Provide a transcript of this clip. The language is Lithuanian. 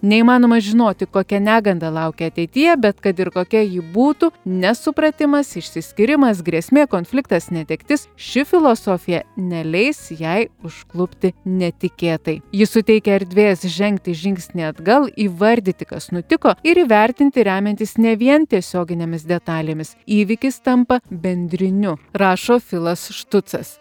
neįmanoma žinoti kokia neganda laukia ateityje bet kad ir kokia ji būtų nesupratimas išsiskyrimas grėsmė konfliktas netektis ši filosofija neleis jai užklupti netikėtai ji suteikia erdvės žengti žingsnį atgal įvardyti kas nutiko ir įvertinti remiantis ne vien tiesioginėmis detalėmis įvykis tampa bendriniu rašo filas štucas